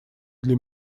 для